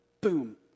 boom